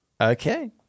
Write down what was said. Okay